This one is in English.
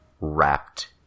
wrapped